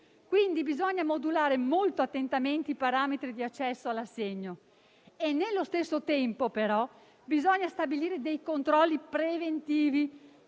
Quindi, bisogna modulare molto attentamente i parametri di accesso all'assegno e nello stesso tempo, però, bisogna stabilire controlli preventivi